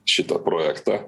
šitą projektą